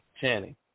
Channing